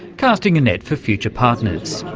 casting a net for future partners.